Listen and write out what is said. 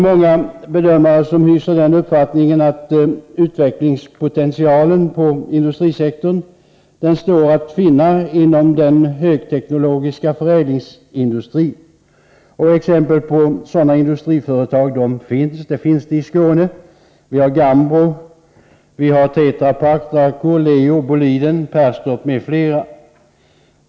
Många bedömare hyser uppfattningen att utvecklingspotentialen när det gäller industrisektorn står att finna inom den högteknologiska förädlingsindustrin. Exempel på sådana industriföretag finns i Skåne. Vi har Gambro, Tetra Pak, Draco, Leo, Boliden, Perstorp, m.fl.